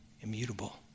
immutable